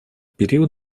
период